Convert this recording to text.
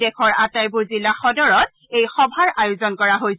দেশৰ আটাইবোৰ জিলা সদৰত এই সভাৰ আয়োজন কৰা হৈছে